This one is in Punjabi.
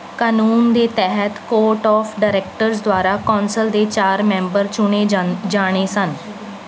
ਕਾਨੂੰਨ ਦੇ ਤਹਿਤ ਕੋਰਟ ਆਫ਼ ਡਾਇਰੈਕਟਰਜ਼ ਦੁਆਰਾ ਕੌਂਸਲ ਦੇ ਚਾਰ ਮੈਂਬਰ ਚੁਣੇ ਜਾਂਦੇ ਜਾਣੇ ਸਨ